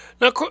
Now